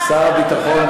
שר הביטחון,